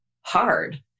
hard